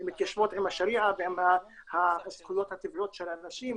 שמתיישבות עם השריעה ועם הזכויות הטבעיות של האנשים.